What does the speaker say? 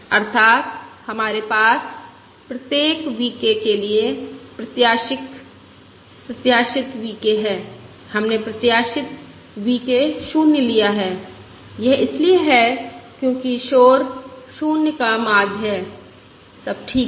अर्थात हमारे पास प्रत्येक V k के लिए प्रत्याशित V k है हमने प्रत्याशित V k 0 लिया है यह इसलिए है क्योंकि शोर 0 का माध्य है सब ठीक है